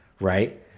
right